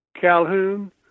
Calhoun